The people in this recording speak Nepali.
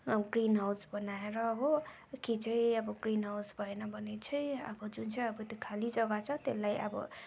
ग्रिन हाउस बनाएर हो कि चाहिँ अब ग्रिन हाउस भएन भने चाहिँ अब जुन चाहिँ अब त्यो खालि जग्गा छ त्यसलाई अब